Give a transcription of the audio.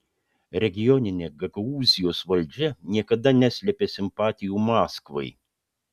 regioninė gagaūzijos valdžia niekada neslėpė simpatijų maskvai